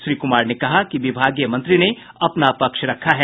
श्री कुमार ने कहा कि विभागीय मंत्री ने अपना पक्ष रखा है